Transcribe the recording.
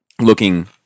looking